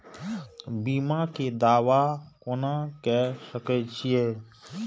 बीमा के दावा कोना के सके छिऐ?